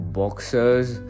boxers